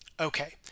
Okay